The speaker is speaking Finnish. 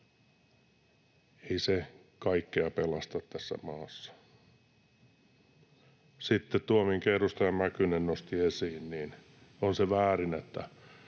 Ei se kaikkea pelasta tässä maassa. Sitten tuo, minkä edustaja Mäkynen nosti esiin: on se väärin, että